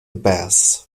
bass